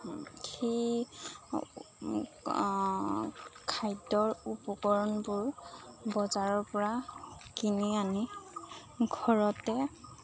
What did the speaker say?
সেই খাদ্যৰ উপকৰণবোৰ বজাৰৰ পৰা কিনি আনি ঘৰতে